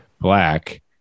black